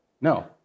No